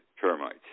termites